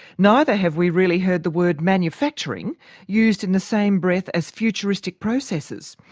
neither have we really heard the word manufacturing used in the same breath as futuristic processes.